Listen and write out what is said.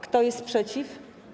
Kto jest przeciw?